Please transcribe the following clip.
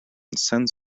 sends